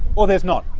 or there's not.